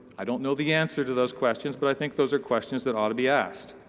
i don't know the answer to those questions. but i think those are questions that ought to be asked.